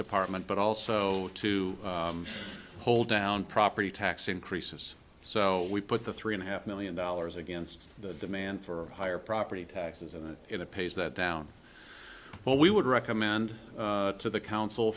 department but also to hold down property tax increases so we put the three and a half million dollars against the demand for higher property taxes and in a pace that down what we would recommend to the council